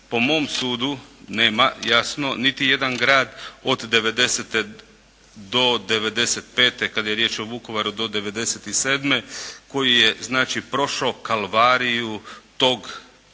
po mom sudu nema jasno niti jedan grad od 90. do 95. kada je riječ o Vukovaru do 97. koji je znači prošao kalvariju tog